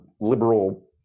liberal